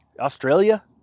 australia